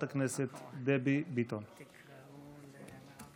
המלחמה על המוות המיותר בכבישי ישראל היא המלחמה העקובה ביותר